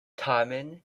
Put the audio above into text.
tamen